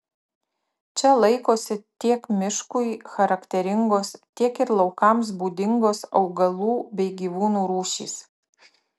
čia laikosi tiek miškui charakteringos tiek ir laukams būdingos augalų bei gyvūnų rūšys